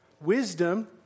Wisdom